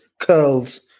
curls